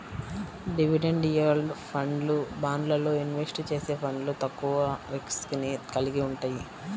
dividend yield ఫండ్లు, బాండ్లల్లో invest చేసే ఫండ్లు తక్కువ రిస్క్ ని కలిగి వుంటయ్యి